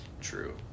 True